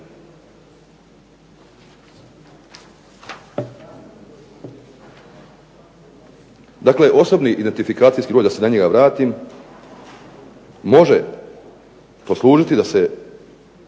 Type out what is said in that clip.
Dakle osobni identifikacijski broj, da se na njega vratim, može poslužiti da se,